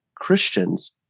Christians